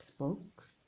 Spoke